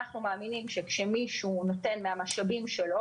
אנחנו מאמינים שכאשר מישהו נותן מן המשאבים שלו,